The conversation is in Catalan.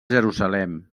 jerusalem